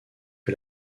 que